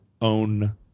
own